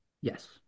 Yes